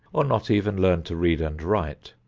or not even learn to read and write,